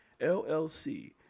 LLC